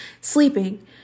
sleeping